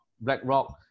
BlackRock